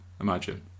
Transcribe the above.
Imagine